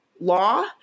law